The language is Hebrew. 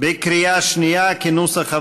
בקריאה שנייה, כנוסח הוועדה.